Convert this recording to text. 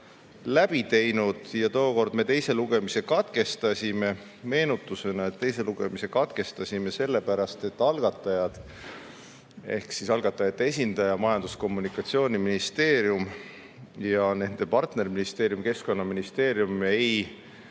läbi teinud ja tookord me teise lugemise katkestasime. Meenutusena, et teise lugemise katkestasime sellepärast, et algatajad ehk siis algatajate esindaja Majandus‑ ja Kommunikatsiooniministeerium ja nende partnerministeerium Keskkonnaministeerium ei